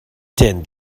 din